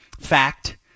fact